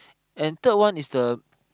and third one is the